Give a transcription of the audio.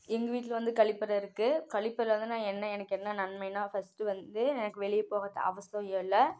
எங்கள் வீட்டில் வந்து கழிப்பறை இருக்குது கழிப்பறை வந்து நான் என்ன எனக்கு என்ன நன்மைன்னா ஃபஸ்ட்டு வந்து எனக்கு வெளியே போக அவசியம் இல்லை